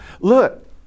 Look